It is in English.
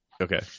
okay